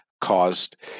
caused